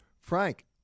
Frank